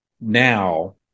now